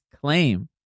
claim